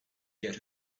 yet